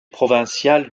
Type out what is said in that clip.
provinciales